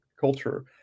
culture